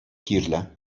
кирлӗ